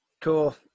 cool